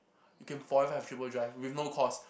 you can forever have triple drive with no cost